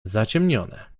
zaciemnione